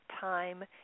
time